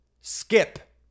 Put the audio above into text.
skip